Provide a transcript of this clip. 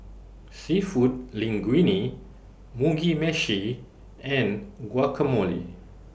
Seafood Linguine Mugi Meshi and Guacamole